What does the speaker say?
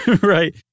Right